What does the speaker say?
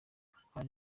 hari